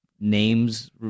names